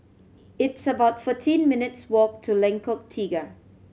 it's about fourteen minutes' walk to Lengkok Tiga